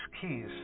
keys